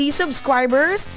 subscribers